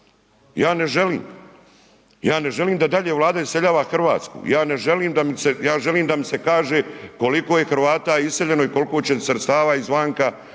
ja ne želim, ja ne želim da dalje Vlada iseljava Hrvatsku, ja ne želim, ja želim da mi se kaže koliko je Hrvata iseljeno i koliko će sredstava iz vanka